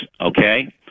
okay